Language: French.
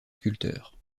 sculpteurs